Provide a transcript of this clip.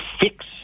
fix